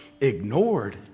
ignored